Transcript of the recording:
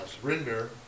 surrender